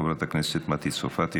חברת הכנסת מטי צרפתי,